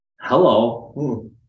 Hello